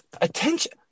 attention